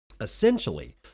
Essentially